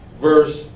verse